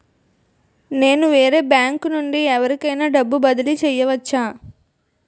నేను వేరే బ్యాంకు నుండి ఎవరికైనా డబ్బు బదిలీ చేయవచ్చా?